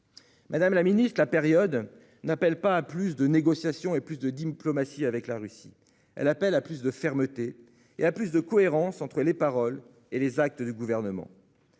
Madame la secrétaire d'État, la période appelle non pas à plus de négociation et plus de diplomatie avec la Russie, mais à plus de fermeté et à plus de cohérence entre les paroles et les actes du Gouvernement